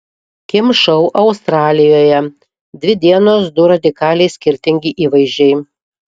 kim šou australijoje dvi dienos du radikaliai skirtingi įvaizdžiai